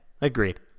agreed